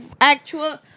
actual